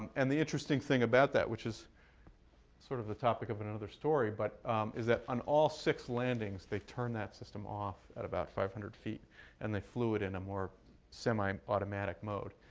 and the interesting thing about that, which is sort of the topic of another story, but is that on all six landings, they turned that system off at about five hundred feet and they flew it in a more semi-automatic mode,